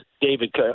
David